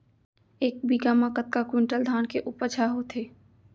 एक बीघा म कतका क्विंटल धान के उपज ह होथे?